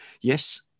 yes